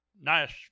Nice